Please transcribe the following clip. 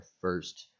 first